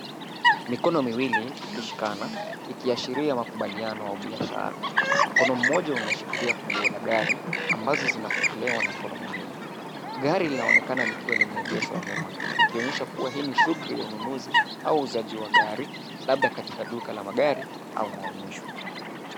Mikono miwili likishika a ikiashiria makubaliano au biashara. Mkono mmoja unashikilia funguo za gari ambazo zinaapokelewa na mkono mwingine. Gari linaonekana likiwa limeegeshwa nyuma ikionyesha kuwa hii ni shughuli ya ununuzi au uuzaji wa gari labda katika duka la magari au maonyesho.